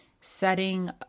setting